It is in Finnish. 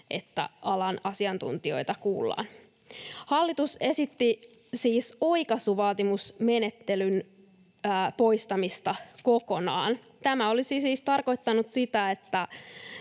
että alan asiantuntijoita kuullaan. Hallitus esitti siis oikaisuvaatimusmenettelyn poistamista kokonaan. Tämä olisi siis tarkoittanut sitä,